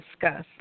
discuss